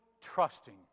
trusting